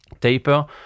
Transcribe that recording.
taper